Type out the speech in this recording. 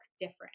different